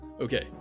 Okay